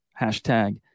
Hashtag